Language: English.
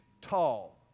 tall